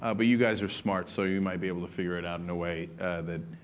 ah but you guys are smart, so you might be able to figure it out in a way that,